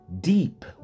deep